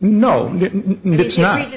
no it's not